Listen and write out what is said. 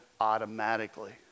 automatically